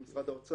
עם משרד האוצר.